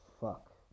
Fuck